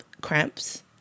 cramps